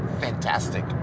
fantastic